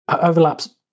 overlaps